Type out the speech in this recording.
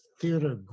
theater